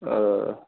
ओ